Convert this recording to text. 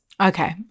Okay